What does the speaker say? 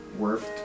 worth